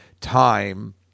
time